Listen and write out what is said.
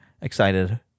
excited